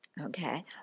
Okay